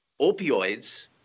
opioids